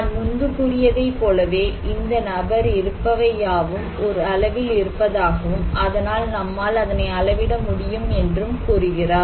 நான் முன்பு கூறியதை போலவே இந்த நபர் இருப்பவை யாவும் ஒரு அளவில் இருப்பதாகவும் அதனால் நம்மால் அதனை அளவிட முடியும் என்றும் கூறுகிறார்